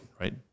right